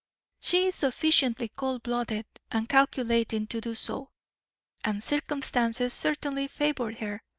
she is sufficiently cold-blooded and calculating to do so and circumstances certainly favoured her.